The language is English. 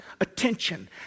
attention